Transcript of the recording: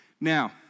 Now